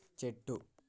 చెట్టు